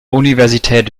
universität